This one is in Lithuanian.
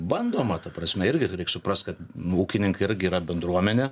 bandoma ta prasme irgi reik suprasti kad ūkininkai irgi yra bendruomenė